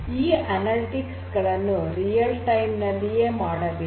ಈ ಅನಲಿಟಿಕ್ಸ್ ಗಳನ್ನು ರಿಯಲ್ ನೈಜ ಸಮಯದಲ್ಲ್ಲಿಯೇ ಮಾಡಬೇಕು